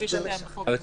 כפי שקיים בחוק המסגרת.